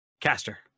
Caster